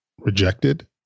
rejected